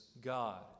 God